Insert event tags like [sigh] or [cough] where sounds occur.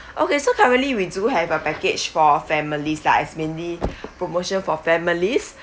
okay so currently we do have a package for families lah as mainly [breath] promotion for families